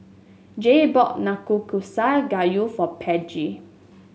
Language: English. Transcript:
Jay bought Nanakusa Gayu for Peggy